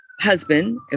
husband